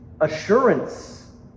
assurance